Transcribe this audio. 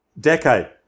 decade